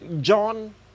John